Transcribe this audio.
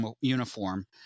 uniform